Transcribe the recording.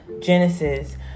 genesis